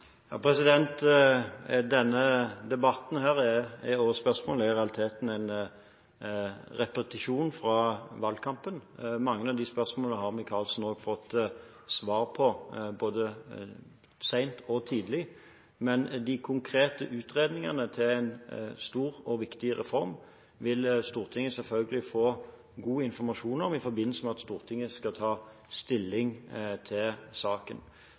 Denne debatten og dette spørsmålet er i realiteten en repetisjon fra valgkampen. Mange av disse spørsmålene har Micaelsen også fått svar på både sent og tidlig. Men de konkrete utredningene til en stor og viktig reform vil Stortinget selvfølgelig få god informasjon om i forbindelse med at Stortinget skal ta stilling til saken.